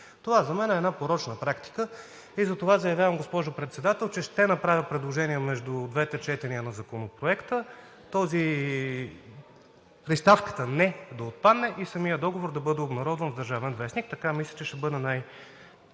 Това за мен е порочна практика и затова заявявам, госпожо Председател, че ще направя предложение между двете четения на Законопроекта приставката „не“ да отпадне и самият договор да бъде обнародван в „Държавен вестник“. Така мисля, че ще бъде